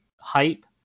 hype